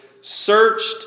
searched